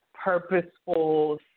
purposeful